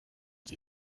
sie